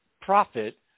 profit